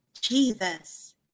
Jesus